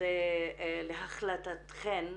וזה להחלטתכן,